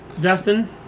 Justin